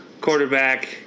quarterback